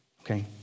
okay